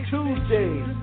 Tuesdays